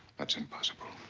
that's impossible.